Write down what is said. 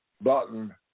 button